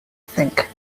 think